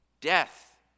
death